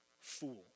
Fool